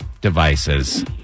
devices